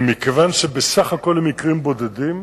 ומכיוון שבסך הכול המקרים בודדים,